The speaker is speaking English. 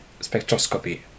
spectroscopy